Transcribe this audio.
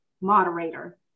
moderator